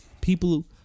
people